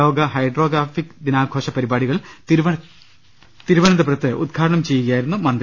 ലോക ഹൈഡ്രോഗ്രാഫിക് ദിനാഘോഷ പരിപാടികൾ തിരുവനന്തപുരത്ത് ഉദ്ഘാ ടനം ചെയ്യുകയായിരുന്നു അവർ